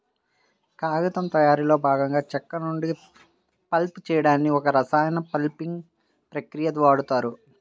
కాగితం తయారీలో భాగంగా చెక్క నుండి పల్ప్ చేయడానికి ఒక రసాయన పల్పింగ్ ప్రక్రియని వాడుతారు